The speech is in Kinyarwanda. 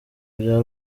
bya